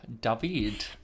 david